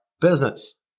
business